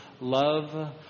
love